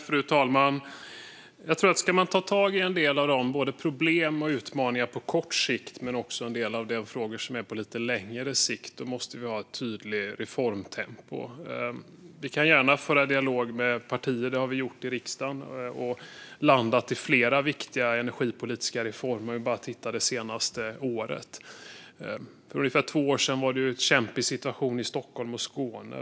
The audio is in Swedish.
Fru talman! Ska man ta tag i en del av problemen och utmaningarna på kort sikt, men också en del av frågorna på lite längre sikt, måste vi ha ett tydligt reformtempo. Vi kan gärna föra dialog med partier. Det har vi gjort i riksdagen och landat i flera viktiga energipolitiska reformer. Man kan bara titta på det senaste året. För ungefär två år sedan var det en kämpig situation i Stockholm och Skåne.